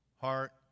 heart